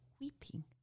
weeping